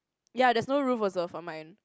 ya there's no roof also for mine